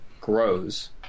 grows